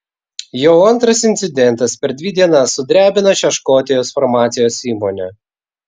jau antras incidentas per dvi dienas sudrebino šią škotijos farmacijos įmonę